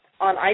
On